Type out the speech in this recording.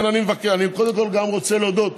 אני קודם כול גם רוצה להודות